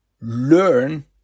learn